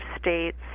states